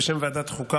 בשם ועדת החוקה,